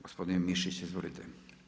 Gospodin Mišić, izvolite.